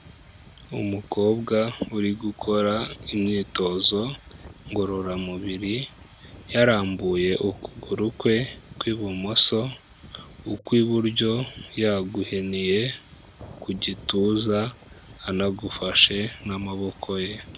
Umukobwa uri gukora imyitozo ngororamubiri yarambuye ukuguru kwe kw'ibumoso, ukw'iburyo yaguhiniye ku gituza anagufashe n'amaboko ye.